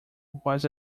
was